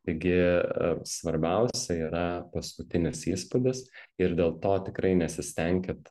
taigi svarbiausia yra paskutinis įspūdis ir dėl to tikrai nesistenkit